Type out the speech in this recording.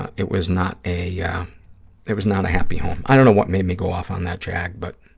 and it was not a, yeah it was not a happy home. i don't know what made me go off on that jag, but,